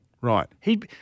Right